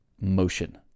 motion